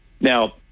Now